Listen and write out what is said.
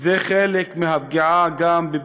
זה גם חלק מהפגיעה בבית-המשפט,